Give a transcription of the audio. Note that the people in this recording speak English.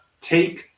take